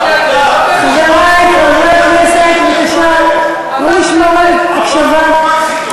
חברי חברי הכנסת, בבקשה, תנו לשמור על הקשבה.